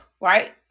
right